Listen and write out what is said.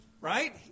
right